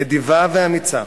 נדיבה ואמיצה